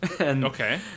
Okay